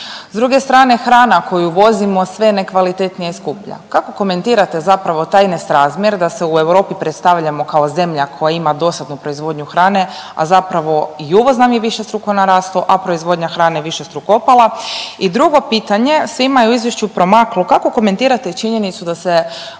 S druge strane hrana koju uvozimo sve je nekvalitetnija i skuplja. Kako komentirate zapravo taj nesrazmjer da se u Europi predstavljamo kao zemlja koja ima dosadnu proizvodnju hrane, a zapravo i uvoz nam je višestruko narastao, a proizvodnja hrane višestruko opala. I drugo pitanje svima je u izvješću promaklo kako komentirate činjenicu da se